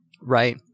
Right